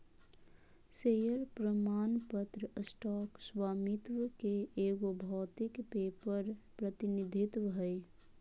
share प्रमाण पत्र stock स्वामित्व के एगो भौतिक पेपर प्रतिनिधित्व हइ